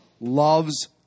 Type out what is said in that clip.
loves